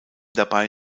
dabei